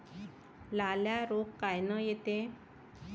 लाल्या रोग कायनं येते?